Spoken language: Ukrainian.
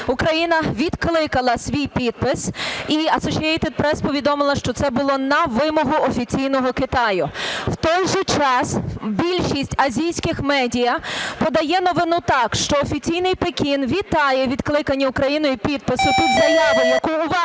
Україна відкликала свій підпис і Associated Press повідомило, що це було на вимогу офіційного Китаю. В той же час, більшість азійських медіа подає новину так, що офіційний Пекін вітає відкликання Україною підпису під заявою, яку – увага!